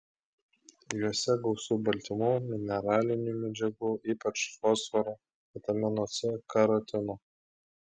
juose gausu baltymų mineralinių medžiagų ypač fosforo vitamino c karotino